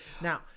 Now